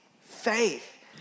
faith